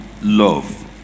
love